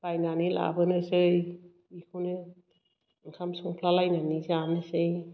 बायनानै लाबोनोसै बेखौनो ओंखाम संफ्लालायनानै जानोसै